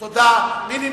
תודה.